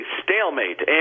stalemate